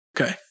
Okay